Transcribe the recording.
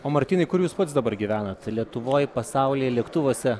o martynai kur jūs pats dabar gyvenat lietuvoj pasaulyje lėktuvuose